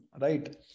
right